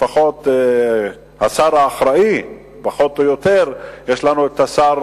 לפחות השר האחראי, פחות או יותר, יש לנו השר